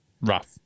rough